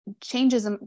changes